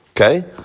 Okay